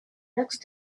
next